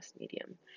medium